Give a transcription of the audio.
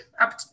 up